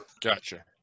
Gotcha